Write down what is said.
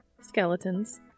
Skeletons